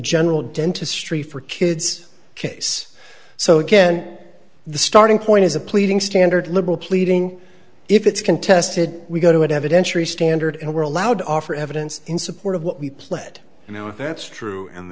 general dentistry for kids case so again the starting point is a pleading standard liberal pleading if it's contested we go to an evidentiary standard and we're allowed to offer evidence in support of what we pled and now if that's true and